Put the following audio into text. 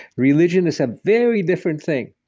religion is a very different thing.